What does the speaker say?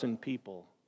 people